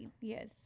yes